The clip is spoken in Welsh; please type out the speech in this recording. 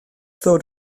ddod